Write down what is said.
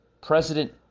President